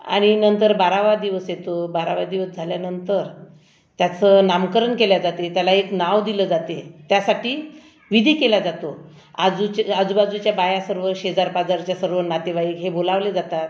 आणि नंतर बारावा दिवस येतो बारावा दिवस झाल्यानंतर त्याचं नामकरण केलं जाते त्याला एक नाव दिलं जाते त्यासाठी विधी केला जातो आजूचे आजूबाजूच्या बाया सर्व शेजारपाजारच्या सर्व नातेवाईक हे बोलावले जातात